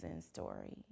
story